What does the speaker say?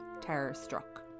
terror-struck